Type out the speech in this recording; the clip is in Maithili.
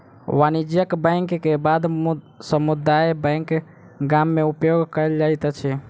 वाणिज्यक बैंक के बाद समुदाय बैंक गाम में उपयोग कयल जाइत अछि